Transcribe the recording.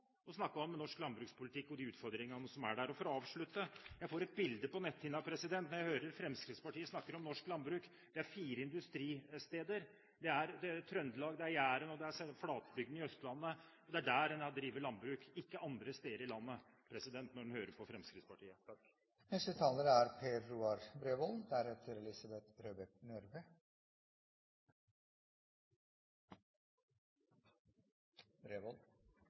Fremskrittspartiet snakke om norsk landbruk. Det er fire industristeder. Det er Trøndelag, det er Jæren, og det er flatbygdene på Østlandet, og det er der en har drevet landbruk, ikke andre steder i landet – når en hører på Fremskrittspartiet. Nok er